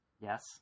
Yes